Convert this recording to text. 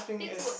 things would